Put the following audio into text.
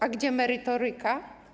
A gdzie merytoryka?